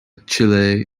chile